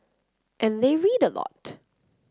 and they read a lot